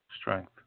strength